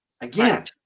again